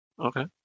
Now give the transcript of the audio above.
Okay